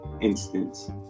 instance